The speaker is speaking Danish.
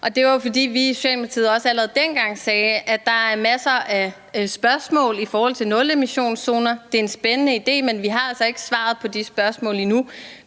også allerede dengang sagde, at der er masser af spørgsmål i forhold til nulemissionszoner, det er en spændende idé, men vi har altså ikke svaret på de spørgsmål endnu,